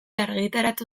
argitaratu